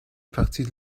partie